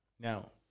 Now